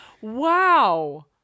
Wow